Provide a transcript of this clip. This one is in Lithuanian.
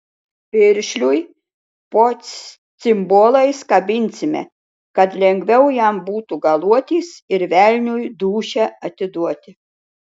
piršliui po cimbolais kabinsime kad lengviau jam būtų galuotis ir velniui dūšią atiduoti